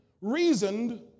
reasoned